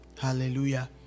Hallelujah